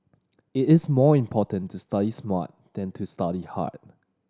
it is more important to study smart than to study hard